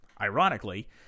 Ironically